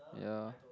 ya